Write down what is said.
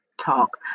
talk